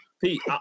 Pete